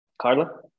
Carla